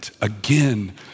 again